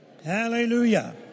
Hallelujah